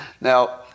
Now